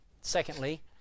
Secondly